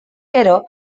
gero